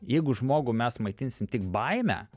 jeigu žmogų mes maitinsim tik baime